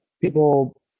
People